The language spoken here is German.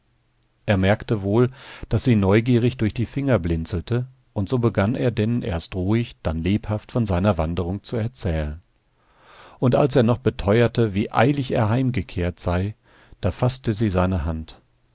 er merkte wohl daß sie neugierig durch die finger blinzelte und so begann er denn erst ruhig dann lebhaft von seiner wanderung zu erzählen und als er erst noch beteuerte wie eilig er heimgekehrt sei da faßte sie seine hand